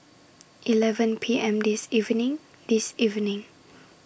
eleven P M This evening This evening